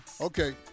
Okay